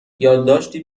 یادداشتی